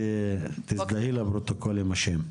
תזדהי לפרוטוקול עם השם.